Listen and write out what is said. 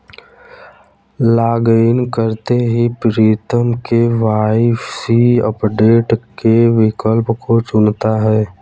login करते ही Pritam KYC update के विकल्प को चुनता है